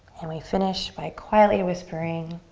and we finish by quietly whispering